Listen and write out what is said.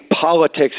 politics